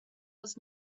was